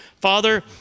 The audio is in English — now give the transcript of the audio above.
father